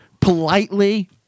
politely